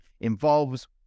involves